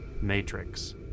matrix